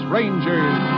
Rangers